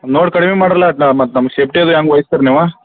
ನೋಡಿ ಕಡಿಮೆ ಮಾಡ್ರಲ್ಲ ಅದನ್ನು ಮತ್ತು ನಮ್ಮ ಸೇಪ್ಟಿ ಅದು ಹೆಂಗ್ ವಹಿಸ್ತಿರ ನೀವು